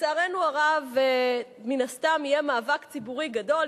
לצערנו הרב, מן הסתם יהיה מאבק ציבורי גדול.